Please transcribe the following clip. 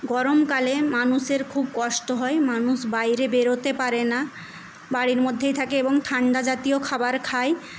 গরমকালে মানুষের খুব কষ্ট হয় মানুষ বাইরে বেরোতে পারে না বাড়ির মধ্যেই থাকে এবং ঠান্ডা জাতীয় খাবার খায়